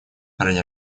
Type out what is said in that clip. ради